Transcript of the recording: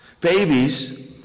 babies